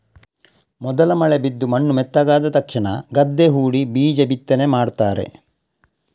ಮೊದಲ ಮಳೆ ಬಿದ್ದು ಮಣ್ಣು ಮೆತ್ತಗಾದ ತಕ್ಷಣ ಗದ್ದೆ ಹೂಡಿ ಬೀಜ ಬಿತ್ತನೆ ಮಾಡ್ತಾರೆ